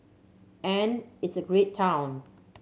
and it's a great town